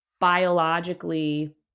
biologically